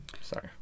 Sorry